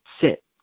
sit